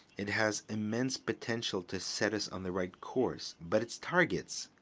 it has immense potential to set us on the right course, but its targets